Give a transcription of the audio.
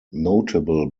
notable